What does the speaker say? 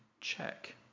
check